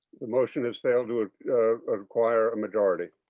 the motion has failed to ah ah require a majority.